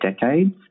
decades